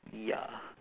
ya